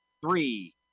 Three